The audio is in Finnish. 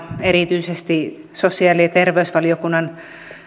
erityisesti sosiaali ja terveysvaliokunnan